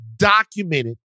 documented